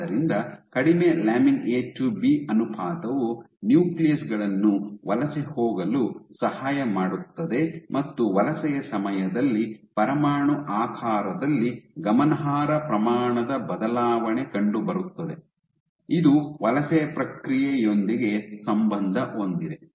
ಆದ್ದರಿಂದ ಕಡಿಮೆ lamin A to B ಅನುಪಾತವು ನ್ಯೂಕ್ಲಿಯಸ್ ಗಳನ್ನು ವಲಸೆ ಹೋಗಲು ಸಹಾಯ ಮಾಡುತ್ತದೆ ಮತ್ತು ವಲಸೆಯ ಸಮಯದಲ್ಲಿ ಪರಮಾಣು ಆಕಾರದಲ್ಲಿ ಗಮನಾರ್ಹ ಪ್ರಮಾಣದ ಬದಲಾವಣೆ ಕಂಡುಬರುತ್ತದೆ ಇದು ವಲಸೆ ಪ್ರಕ್ರಿಯೆಯೊಂದಿಗೆ ಸಂಬಂಧ ಹೊಂದಿದೆ